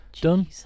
done